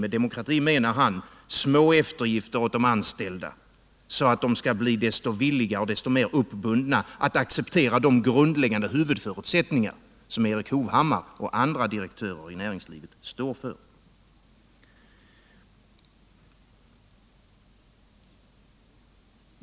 Med demokrati menar han små eftergifter åt de anställda, så att de skall bli desto villigare och mer uppbundna att acceptera de grundläggande huvudförutsättningar som Erik Hovhammar och andra direktörer i näringslivet står för.